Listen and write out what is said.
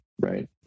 Right